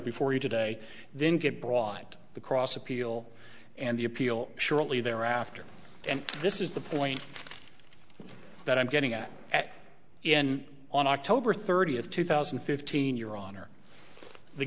before you today then get broad the cross appeal and the appeal shortly thereafter and this is the point that i'm getting at at in on october thirtieth two thousand and fifteen your honor the